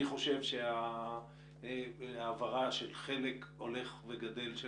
אני חושב שהעברה של חלק הולך וגדל של